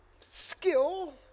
skill